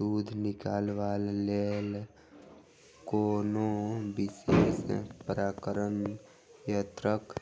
दूध निकालबाक लेल कोनो विशेष प्रकारक यंत्रक